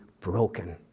broken